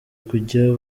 kujya